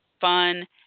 fun